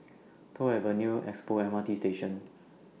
Toh Avenue Expo M R T Station